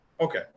okay